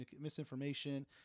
misinformation